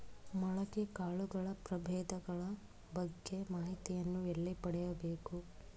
ಮೊಳಕೆ ಕಾಳುಗಳ ಪ್ರಭೇದಗಳ ಬಗ್ಗೆ ಮಾಹಿತಿಯನ್ನು ಎಲ್ಲಿ ಪಡೆಯಬೇಕು?